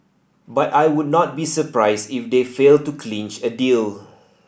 but I would not be surprised if they fail to clinch a deal